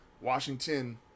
Washington